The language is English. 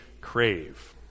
crave